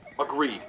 Agreed